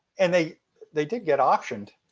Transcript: and they they did get optioned.